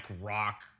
rock